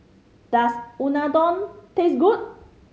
does Unadon taste good